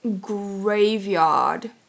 graveyard